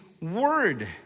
word